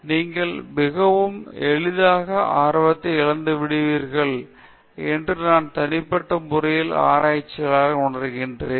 நீங்கள் மிகவும் எளிதாக ஆர்வத்தை இழந்து விடுவீர்கள் என்று நான் தனிப்பட்ட முறையில் ஆராய்ச்சியாளர்களாக உணர்கிறேன்